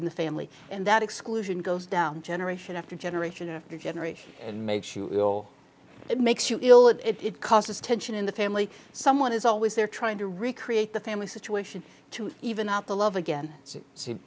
in the family and that exclusion goes down generation after generation after generation and make sure you know it makes you ill and it causes tension in the family someone is always there trying to recreate the family situation to even out the love again s